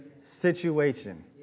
situation